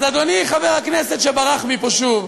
אז, אדוני חבר הכנסת, שברח מפה שוב,